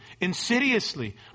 insidiously